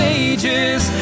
ages